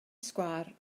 sgwâr